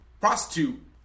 prostitute